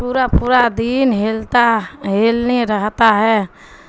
پورا پورا دین ہلتا ہیلنے رہتا ہے